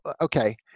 okay